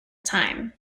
time